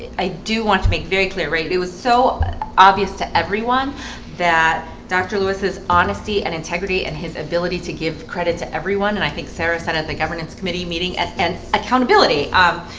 i do want to make very clear rate. it was so obvious to everyone that dr lewis's honesty and integrity and his ability to give credit to everyone and i think sara said at the governance committee meeting and accountability. um,